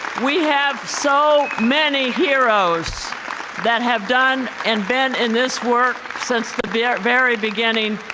we have so many heros that have done and been in this work since the very very beginning.